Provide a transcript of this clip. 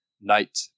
Night